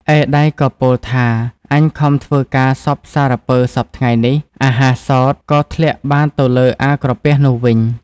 ឯដៃក៏ពោល ថា "អញខំធ្វើការសព្វសារពើសព្វថ្ងៃនេះ អាហារសោត ក៏ធ្លាក់បានទៅលើអា ក្រពះនោះវិញ។